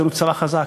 יש לנו צבא חזק,